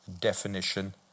definition